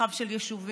במרחב של יישובים,